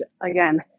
again